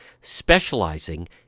specializing